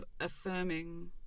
affirming